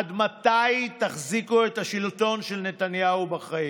עד מתי תחזיקו את השלטון של נתניהו בחיים?